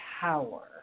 power